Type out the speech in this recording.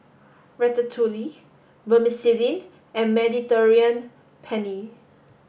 Ratatouille Vermicelli and Mediterranean Penne